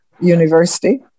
University